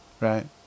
right